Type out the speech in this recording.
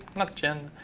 not jin.